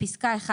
בפסקה (1),